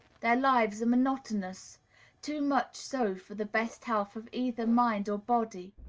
their lives are monotonous too much so for the best health of either mind or body.